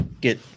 get